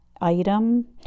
item